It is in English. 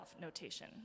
notation